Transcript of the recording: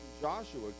Joshua